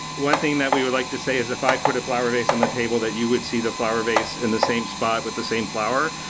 one thing that we would like to say is if i put a flower vase on the table, that you would see the flower vase in the same spot with the same flower.